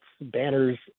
banners